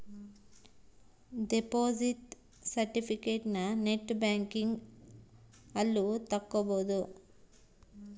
deposit ಸೆರ್ಟಿಫಿಕೇಟನ net banking ಅಲ್ಲು ತಕ್ಕೊಬೊದು